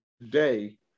today